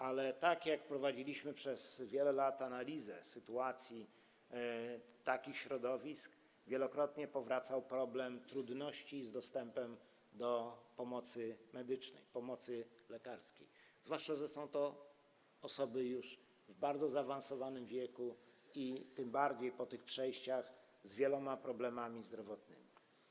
Ale gdy prowadziliśmy przez wiele lat analizę sytuacji takich środowisk, wielokrotnie powracał problem trudności z dostępem do pomocy medycznej, pomocy lekarskiej, zwłaszcza że są to osoby już w bardzo zaawansowanym wieku i - tym bardziej po tych przejściach - z wieloma problemami zdrowotnymi.